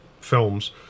films